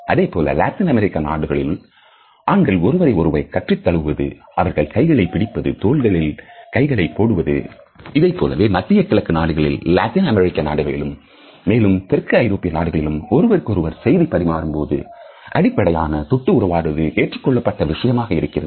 அதைப்போல லத்தின் அமெரிக்க நாடுகளில் ஆண்கள் ஒருவரை ஒருவர் கட்டித் தழுவுவது அவர்கள் கைகளை பிடிப்பதும் அவள் தோள்களில் கைகளை போடுவதும் இதைப்போலவே மத்திய கிழக்கு நாடுகளிலும் லத்தீன்அமெரிக்க நாடுகளிலும் மேலும் தெற்கு ஐரோப்பிய நாடுகளிலும் ஒருவருக்கு ஒருவர் செய்தி பரிமாறும்போது அதிகப்படியான தொட்டு உறவாடுவது ஏற்றுக்கொள்ளப்பட்ட விஷயமாக இருக்கிறது